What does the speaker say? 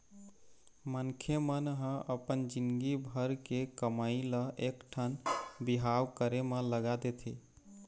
मनखे मन ह अपन जिनगी भर के कमई ल एकठन बिहाव करे म लगा देथे